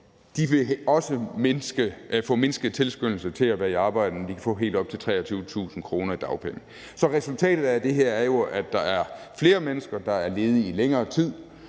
De vil også få mindsket tilskyndelse til at være i arbejde, når de kan få helt op til 23.000 kr. i dagpenge. Så resultatet af det her er jo, at der er flere mennesker, der er ledige i længere tid.